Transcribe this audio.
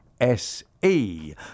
SE